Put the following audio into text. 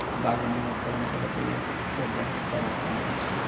बागबानी उपकरण केरो प्रयोग सें बहुत सारा काम होय छै